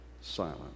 silent